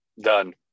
done